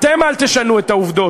אתם אל תשנו את העובדות.